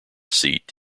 seat